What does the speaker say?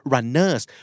Runners